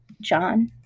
John